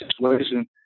situation